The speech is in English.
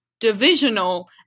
divisional